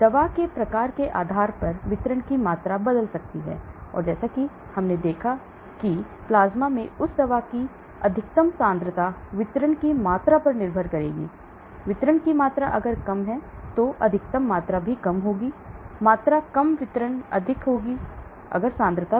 इसलिए दवा के प्रकार के आधार पर वितरण की मात्रा बदल सकती है और जैसा कि मैंने दिखाया कि प्लाज्मा में उस दवा की अधिकतम सांद्रता वितरण की मात्रा पर निर्भर करेगी वितरण की मात्रा कम होगी अधिकतम मात्रा कम होगी मात्रा कम वितरण अधिक होगा कि सांद्रता